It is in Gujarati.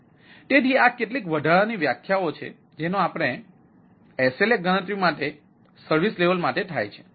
તેથી આ કેટલીક વધારાની વ્યાખ્યાઓ છે જેનો ઉપયોગ SLA ગણતરીઓ માટે સર્વિસ લેવલ માટે થાય છે